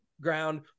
ground